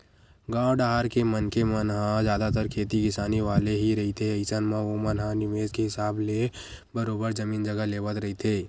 गाँव डाहर के मनखे मन ह जादतर खेती किसानी वाले ही रहिथे अइसन म ओमन ह निवेस के हिसाब ले बरोबर जमीन जघा लेवत रहिथे